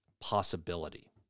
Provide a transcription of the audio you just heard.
possibility